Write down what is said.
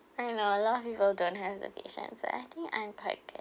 I know a lot of people don't have the patience but I think I'm quite good